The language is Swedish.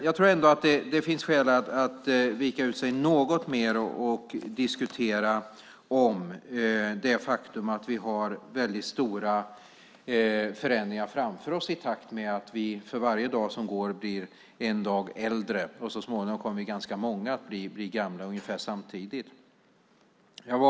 Jag tror ändå att det finns skäl att vika ut sig något mer och diskutera det faktum att vi har väldigt stora förändringar framför oss i takt med att vi för varje dag som går blir en dag äldre, och så småningom kommer ganska många att bli gamla ungefär samtidigt.